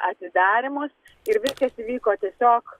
atidarymus ir viskas įvyko tiesiog